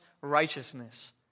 righteousness